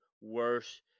worse